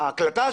החוצה.